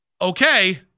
okay